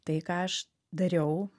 tai ką aš dariau